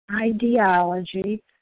ideology